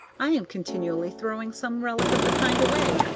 i am continually throwing some relic of the kind away,